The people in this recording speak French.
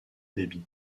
dabi